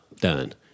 done